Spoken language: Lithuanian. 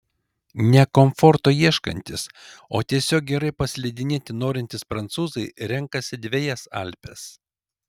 ne komforto ieškantys o tiesiog gerai paslidinėti norintys prancūzai renkasi dvejas alpes